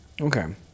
Okay